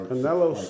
Canelo